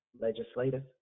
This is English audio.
legislative